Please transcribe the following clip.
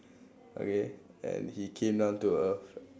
okay and he came down to earth